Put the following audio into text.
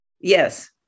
yes